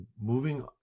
moving